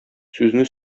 сүзне